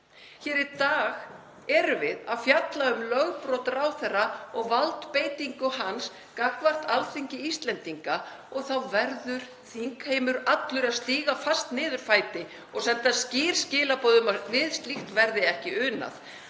Hér í dag erum við að fjalla um lögbrot ráðherra og valdbeitingu hans gagnvart Alþingi Íslendinga og þá verður þingheimur allur að stíga fast niður fæti og senda skýr skilaboð um að við slíkt verði ekki unað.